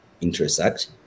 intersect